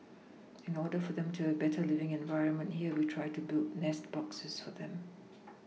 in order for them to have a better living environment here we try to build nest boxes for them